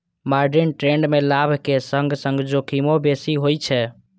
margin trade मे लाभक संग संग जोखिमो बेसी होइ छै